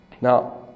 Now